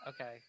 Okay